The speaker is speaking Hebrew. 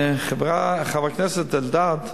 חבר הכנסת אלדד,